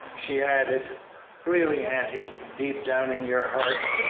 she added really, auntie, deep down in your heart,